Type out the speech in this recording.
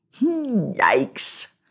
yikes